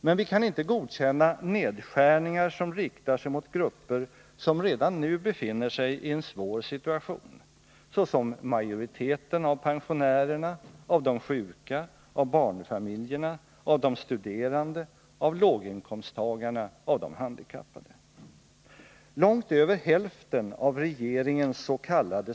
Men vi kan inte godkänna nedskärningar som riktar sig mot grupper som redan nu befinner sig i en svår situation, såsom majoriteten av pensionärerna, av de sjuka, av barnfamil Långt över hälften av regeringens.k.